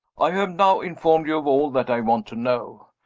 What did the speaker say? i have now informed you of all that i want to know.